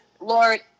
Lord